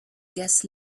guest